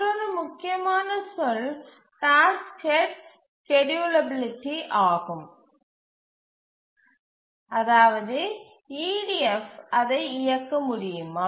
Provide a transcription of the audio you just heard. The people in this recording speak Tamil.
மற்றொரு முக்கியமான சொல் டாஸ்க் செட் ஸ்கேட்யூலபிலிட்டி ஆகும் அதாவது EDF அதை இயக்க முடியுமா